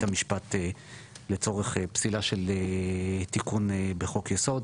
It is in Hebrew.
המשפט לצורך פסילה של תיקון בחוק יסוד,